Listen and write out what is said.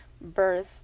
birth